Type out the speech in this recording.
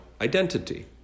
identity